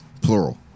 Plural